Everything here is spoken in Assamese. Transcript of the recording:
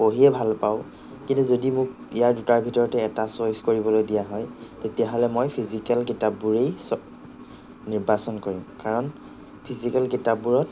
পঢ়িয়ে ভাল পাওঁ কিন্তু যদি মোক ইয়াৰ দুটাৰ ভিতৰতে এটা চইছ কৰিবলৈ দিয়া হয় তেতিয়াহ'লে মই ফিজিকেল কিতাপবোৰেই ছ নিৰ্বাচন কৰিম কাৰণ ফিজিকেল কিতাপবোৰত